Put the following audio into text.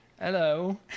hello